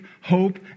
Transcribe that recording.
hope